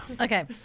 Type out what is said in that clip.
Okay